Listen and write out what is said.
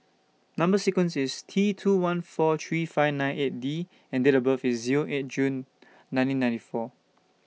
Number sequence IS T two one four three five nine eight D and Date of birth IS Zero eight June nineteen ninety four